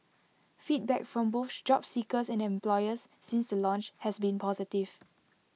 feedback from both job seekers and employers since the launch has been positive